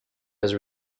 has